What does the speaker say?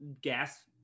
gas